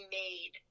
made